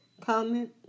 comment